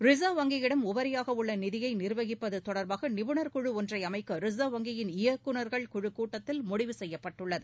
reserve வங்கியிடம் உபரியாக உள்ள நிதியை நிா்வகிப்பது தொடா்பாக நிபுணா் குழு ஒன்றை அமைக்க ரிசர்வ் வங்கியின் இயக்குநர்கள் குழு கூட்டத்தில் முடிவு செய்யப்பட்டுள்ளது